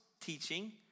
teaching